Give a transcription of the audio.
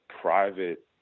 private